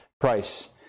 price